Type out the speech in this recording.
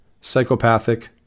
psychopathic